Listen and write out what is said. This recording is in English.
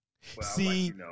See